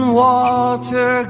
water